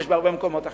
ויש במקומות אחרים,